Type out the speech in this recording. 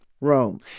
Rome